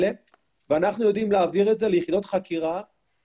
ואנחנו יודעים להעביר את זה ליחידות חקירה